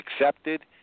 accepted